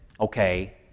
okay